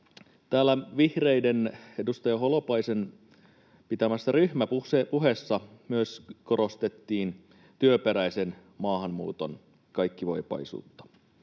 Täällä vihreiden edustaja Holopaisen pitämässä ryhmäpuheessa myös korostettiin työperäisen maahanmuuton kaikkivoipaisuutta.